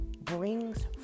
brings